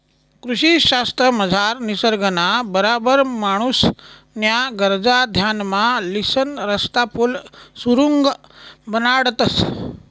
कृषी शास्त्रमझार निसर्गना बराबर माणूसन्या गरजा ध्यानमा लिसन रस्ता, पुल, सुरुंग बनाडतंस